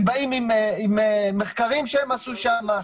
הם באים עם מחקרים שהם עשו שם,